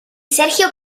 sergio